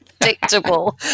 predictable